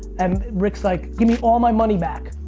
and rick's like, give me all my money back.